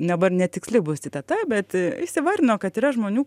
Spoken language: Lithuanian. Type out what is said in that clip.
dabar netiksli citata bet jis įvardino kad yra žmonių